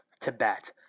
Tibet